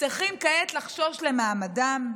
צריכים כעת לחשוש למעמדם?